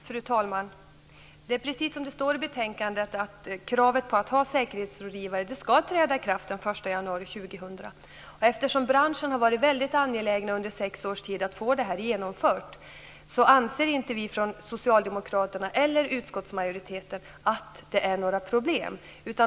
Fru talman! Det är precis som det står i betänkandet, att kravet på att ha säkerhetsrådgivare skall träda i kraft den 1 januari 2000. Eftersom branschen under sex års tid varit väldigt angelägen om att få det här genomfört anser varken vi socialdemokrater eller utskottsmajoriteten att det är några problem.